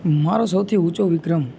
મારો સૌથી ઊંચો વિક્રમ